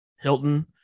Hilton